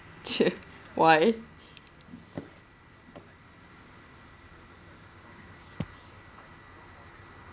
!chey! why